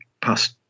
past